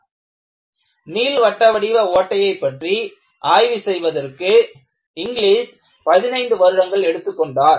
ஆனால் நீள்வட்ட வடிவ ஓட்டையை பற்றி ஆய்வு செய்வதற்கு இங்லீஸ் 15 வருடங்கள் எடுத்துக் கொண்டார்